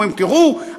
אומרים: תראו,